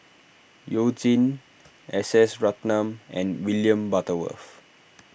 You Jin S S Ratnam and William Butterworth